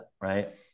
right